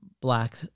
black